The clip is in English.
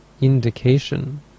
indication